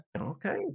Okay